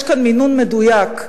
יש כאן מינון מדויק,